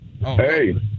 Hey